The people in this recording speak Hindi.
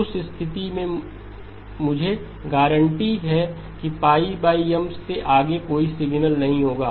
उस स्थिति में मुझे गारंटी है कि M से आगे कोई सिग्नल नहीं होगा